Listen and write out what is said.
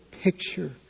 picture